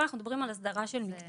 פה אנחנו מדברים על הסדרה של מקצוע,